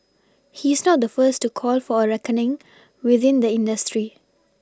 he's not the first to call for a reckoning within the industry